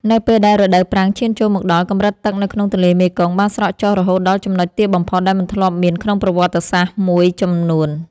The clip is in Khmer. នៅពេលដែលរដូវប្រាំងឈានចូលមកដល់ កម្រិតទឹកនៅក្នុងទន្លេមេគង្គបានស្រកចុះរហូតដល់ចំណុចទាបបំផុតដែលមិនធ្លាប់មានក្នុងប្រវត្តិសាស្ត្រមួយចំនួន។